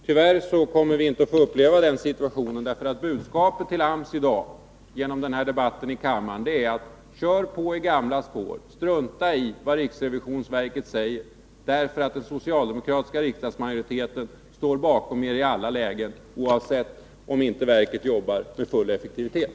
Tyvärr kommer vi inte att få uppleva den situationen. Budskapet till AMS genom den här debatten är nämligen: Kör på i gamla spår, strunta i vad riksrevisionsverket säger, för den socialdemokratiska riksdagsmajoriteten står bakom er i alla lägen, oavsett om verket inte jobbar med full effektivitet!